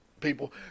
people